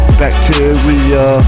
bacteria